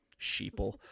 sheeple